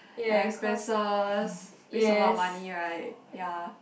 expenses waste a lot money right ya